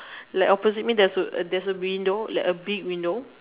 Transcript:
like opposite me there's a there's a window like a big window